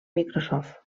microsoft